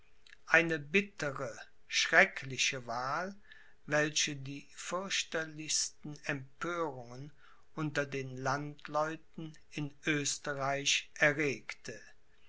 eine bittere schreckliche wahl welche die fürchterlichsten empörungen unter den landleuten in oesterreich erregte